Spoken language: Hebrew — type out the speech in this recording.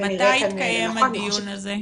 מתי יתקיים הדיון הזה?